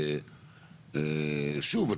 שוב,